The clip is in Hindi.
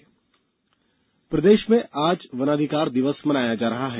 वनाधिकार प्रदेश में आज वनाधिकार दिवस मनाया जा रहा है